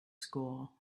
school